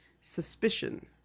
suspicion